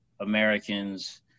Americans